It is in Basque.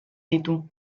ditu